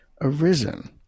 arisen